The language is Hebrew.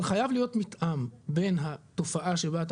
אבל חייב להיות מתאם בין התופעה שבה אתה